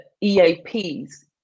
eaps